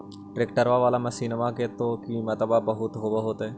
ट्रैक्टरबा बाला मसिन्मा के तो किमत्बा बहुते होब होतै?